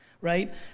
right